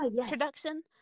introduction